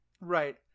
right